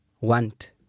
want